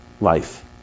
life